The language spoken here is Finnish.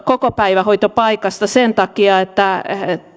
kokopäivähoitopaikasta sen takia että